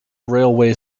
railway